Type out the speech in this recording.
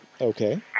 Okay